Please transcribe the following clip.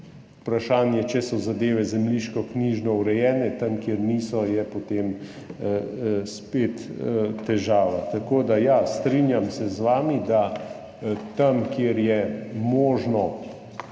vprašanje, če so zadeve zemljiškoknjižno urejene, tam, kjer niso, je potem spet težava. Ja, strinjam se z vami, da tam, kjer je možno,